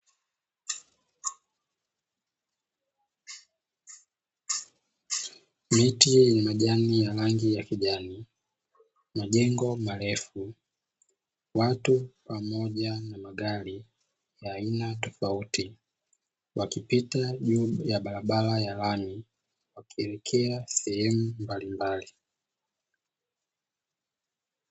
Miti yenye majani ya rangi ya kijani, majengo marefu, watu pamoja na magari ya aina tofauti, wakipita juu ya barabara ya lami, wakielekea sehemu mbalimbali.